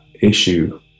issue